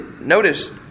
notice